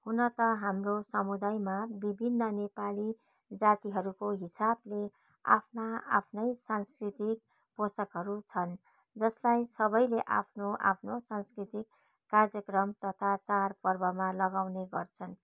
हुन त हाम्रो समुदायमा विभन्न नेपाली जातिहरूको हिसाबले आफ्ना आफ्नै सांस्कृतिक पोसाकहरू छन् जसलाई सबैले आफ्नो आफ्नो सांस्कृतिक कार्यक्रम तथा चाड पर्वमा लगाउने गर्छन्